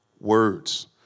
words